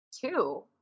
Two